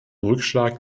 rückschlag